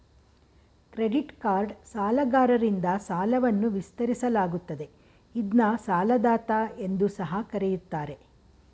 credit card ಸಾಲಗಾರರಿಂದ ಸಾಲವನ್ನ ವಿಸ್ತರಿಸಲಾಗುತ್ತದೆ ಇದ್ನ ಸಾಲದಾತ ಎಂದು ಸಹ ಕರೆಯುತ್ತಾರೆ